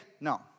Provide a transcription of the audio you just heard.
no